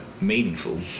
meaningful